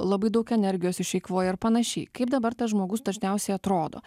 labai daug energijos išeikvoja ir panašiai kaip dabar tas žmogus dažniausiai atrodo